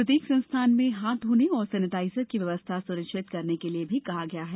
प्रत्येक संस्थान में हाथ धोने और सेनेटाइजर की व्यवस्था सुनिश्चित करने के लिये भी कहा गया है